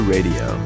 Radio